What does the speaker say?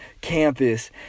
campus